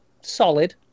solid